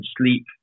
sleep